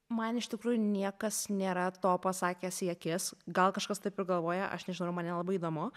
man iš tikrųjų niekas nėra to pasakęs į akis gal kažkas taip ir galvoja aš nežinau ir man nelabai įdomu